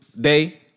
day